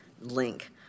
link